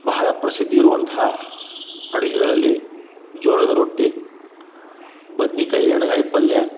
ಬಹಳ ಪ್ರಸಿದ್ಧಿ ಇರುವಂಥ ಅಡುಗೆಗಳಲ್ಲಿ ಜೋಳದ ರೊಟ್ಟಿ ಬದ್ನಿಕಾಯಿ ಎಣ್ಗಾಯಿ ಪಲ್ಯ